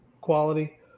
quality